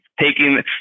taking